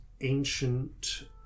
ancient